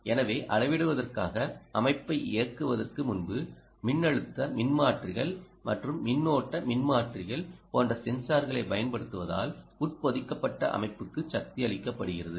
எனவேஅளவிடுவதற்காக அமைப்பை இயக்குவதற்கு முன்பு மின்னழுத்த மின்மாற்றிகள் மற்றும் மின்னோட்ட மின்மாற்றிகள் போன்ற சென்சார்களைப் பயன்படுத்துவதால் உட்பொதிக்கப்பட்ட அமைப்புக்குச் சக்தியளிக்கப் படுகிறது